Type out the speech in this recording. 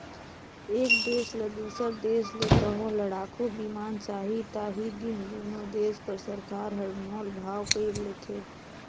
एक देस ल दूसर देस ले कहों लड़ाकू बिमान चाही ता ही दिन दुनो देस कर सरकार हर मोल भाव कइर लेथें